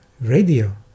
radio